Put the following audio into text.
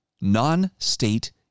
non-state